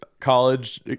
college